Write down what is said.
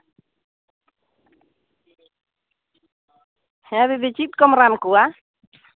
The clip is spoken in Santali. ᱦᱮᱸ ᱫᱤᱫᱤ ᱪᱮᱫ ᱠᱚᱢ ᱨᱟᱱ ᱠᱚᱣᱟ